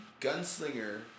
gunslinger